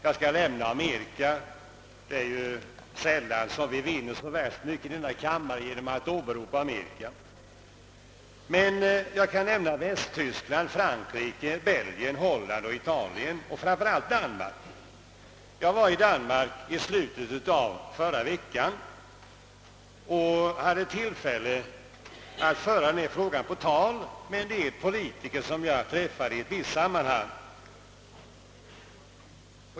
Jag utelämnar Amerika i samman hanget — det är sällan vi här i kammaren vinner något på att åberopa Amerika — men kan nämna Västtysk land, Frankrike, Belgien, Holland, Italien och, framför allt, Danmark. Jag var i Danmark i slutet av förra veckan och hade då tillfälle att föra denna fråga på tal med några politiker som jag träffade i ett visst sammanhang.